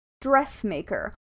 dressmaker